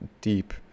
deep